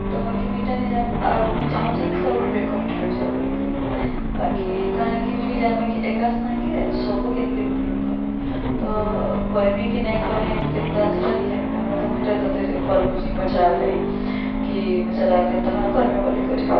ତ ବାକି ମୁଁଇା ନିଯାନ୍ ଆଉ ମୁଇଁ ଚାହୁଁଚେ କି ତାର୍ ଗୁଟେ ବେକ୍ଅପ୍ଟେ ରହିଯାଉ ବଲିକରି ବାକି କାଣାକି ମୁଇଁ ନିଯାନ୍ବା ବାକି ଏକା ସାଙ୍ଗେ ସବୁ କେନ୍ତିକରି ଅପ୍ଲୋଡ଼୍ କର୍ମି ତ କର୍ମି କି ନାଇଁ କରେ କି କେନ୍ତା ତ ହେଟା ନେଇ ଜାନି ପାର୍ବାର୍ ତ ମୁଇଁ ହେଟା ତତେ କଲ୍ କରିଚେଁ ପଚ୍ରାବାର୍ ଲାଗି କି ମୁଁ ସେଟା କେନ୍ତା କାଣା କର୍ମି ବୋଲିକରି